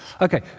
Okay